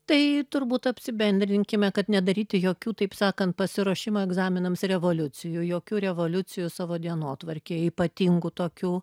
tai turbūt apsibendrinkime kad nedaryti jokių taip sakant pasiruošimo egzaminams revoliucijų jokių revoliucijų savo dienotvarkėj ypatingų tokių